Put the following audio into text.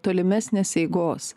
tolimesnės eigos